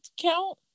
count